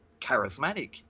charismatic